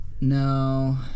no